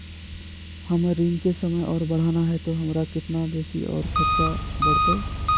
हमर ऋण के समय और बढ़ाना है तो हमरा कितना बेसी और खर्चा बड़तैय?